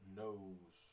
knows